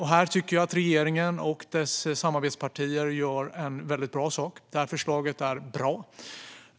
Här tycker jag att regeringen och dess samarbetspartier gör en väldigt bra sak; det här förslaget är bra.